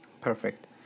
Perfect